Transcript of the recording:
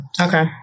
Okay